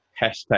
hashtag